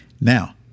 Now